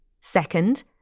Second